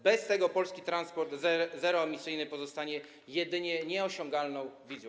Bez tego polski transport zeroemisyjny pozostanie jedynie nieosiągalną wizją.